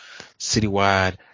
citywide